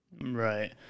Right